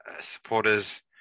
supporters